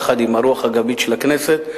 עם הרוח הגבית של הכנסת,